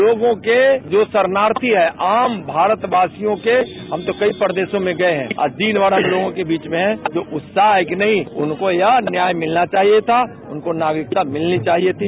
लोगों के जो शरणार्थी हैं आम भारतवासियों के हम तो कई प्रदेशों में गये है दिनमर लोगों के बीच में जो उत्साह है कि नहीं उसको यह न्याय मिलना चाहिए था उनको यह नागरिकता मिलनी चाहिए थी